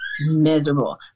miserable